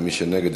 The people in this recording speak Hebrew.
ומי שנגד,